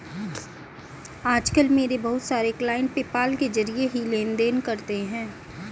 आज कल मेरे बहुत सारे क्लाइंट पेपाल के जरिये ही लेन देन करते है